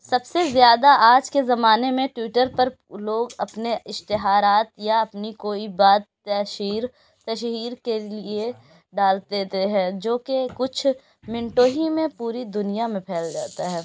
سب سے زیادہ آج کے زمانے میں ٹویٹر پر لوگ اپنے اشتہارات یا اپنی کوئی بات تشہیر تشہیر کے لیے ڈال دیتے ہیں جو کہ کچھ منٹوں ہی میں پوری دنیا میں پھیل جاتا ہے